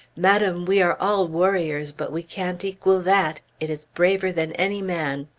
madame, we are all warriors, but we can't equal that! it is braver than any man!